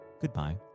goodbye